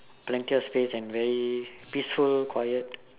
plenty of blanks and very peaceful quiet